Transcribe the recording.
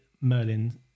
Merlin